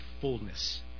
fullness